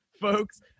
folks